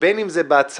בין אם זה בהצהרה